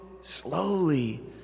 slowly